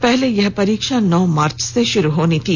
पहले यह परीक्षा नौ मार्च से शुरू होनी थी